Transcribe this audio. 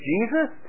Jesus